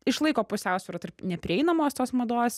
išlaiko pusiausvyrą tarp neprieinamos tos mados